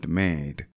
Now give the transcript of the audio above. made